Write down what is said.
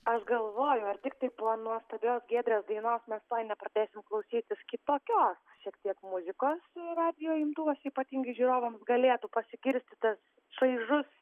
aš galvoju ar tiktai po nuostabios giedrės dienos mes tuoj nepradėsim klausytis kitokios šiek tiek muzikos radijo imtuvuose ypatingai žiūrovams galėtų pasigirsti tas šaižus